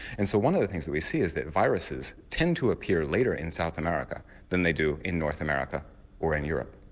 and so one of the things that we see is that viruses tend to appear later in south america than they do in north america or in europe.